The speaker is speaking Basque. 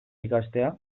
ikastea